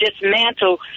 dismantle